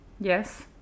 Yes